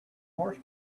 horse